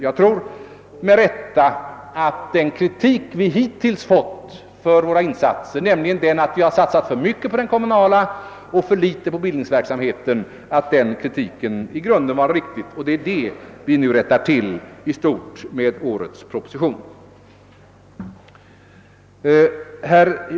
Jag tror med rätta att den kritik vi hittills fått för våra insatser, nämligen den att vi satsat för mycket på den kommunala och för litet på bildningsverksamheten, i grunden var riktig. Det är det vi nu rättar till i stort med årets proposition.